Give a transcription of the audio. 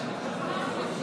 אנא הפנו